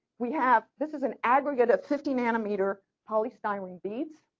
we have this is an aggregate of fifty nanometer polystyrene beads,